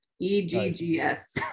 e-g-g-s